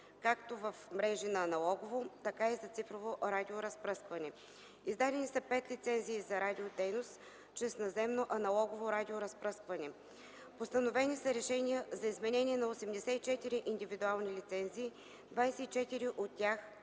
както в мрежи за аналогово, така и за цифрово радиоразпръскване. Издадени са 5 лицензии за радиодейност чрез наземно аналогово радиоразпръскване. Постановени са решения за изменение на 84 индивидуални лицензии, 24 от тях